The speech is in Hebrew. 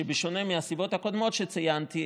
שבשונה מהסיבות הקודמות שציינתי,